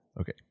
Okay